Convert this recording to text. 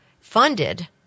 funded